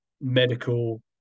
medical